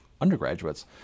undergraduates